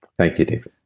thank you, david